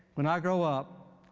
when i grow up,